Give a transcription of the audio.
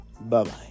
Bye-bye